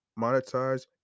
monetize